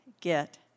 get